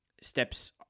Steps